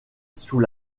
sous